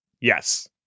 Yes